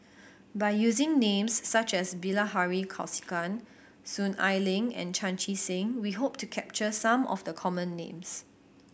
by using names such as Bilahari Kausikan Soon Ai Ling and Chan Chee Seng we hope to capture some of the common names